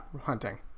hunting